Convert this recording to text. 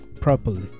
properly